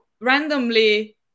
randomly